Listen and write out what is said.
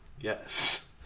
yes